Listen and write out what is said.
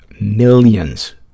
millions